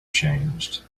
changed